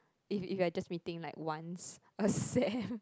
if if you're just meeting like once per sem